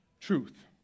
truth